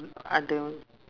ada